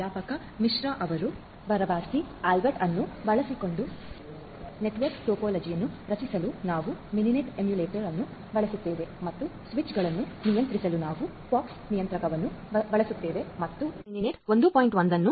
ಪ್ರಾಧ್ಯಾಪಕ ಮಿಶ್ರಾ ಅವರು Barabasi Albert ಅನ್ನು ಬಳಸಿಕೊಂಡು ನೆಟ್ವರ್ಕ್ ಟೋಪೋಲಜಿಯನ್ನು ರಚಿಸಲು ನಾವು ಮಿನಿನೆಟ್ ಎಮ್ಯುಲೇಟರ್ ಅನ್ನು ಬಳಸುತ್ತೇವೆ ಮತ್ತು ಸ್ವಿಚ್ಗಳನ್ನು ನಿಯಂತ್ರಿಸಲು ನಾವು POX ನಿಯಂತ್ರಕವನ್ನು ಬಳಸುತ್ತೇವೆ ಮತ್ತು ನಾವು ಓಪನ್ ಫ್ಲೋ ಮಿನಿನೆಟ್ 1